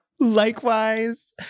Likewise